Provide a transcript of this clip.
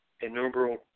innumerable